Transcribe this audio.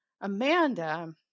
Amanda